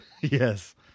yes